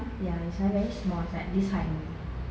ya it's like very small it's like this high only